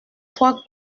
trois